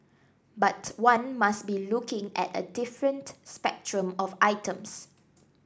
but one must be looking at a different spectrum of items